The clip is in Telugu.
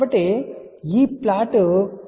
కాబట్టి ఈ ప్లాట్ εr 9